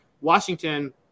Washington